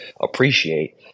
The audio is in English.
appreciate